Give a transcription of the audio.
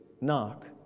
knock